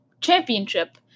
championship